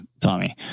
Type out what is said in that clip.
Tommy